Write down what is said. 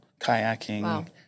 kayaking